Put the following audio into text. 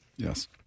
Yes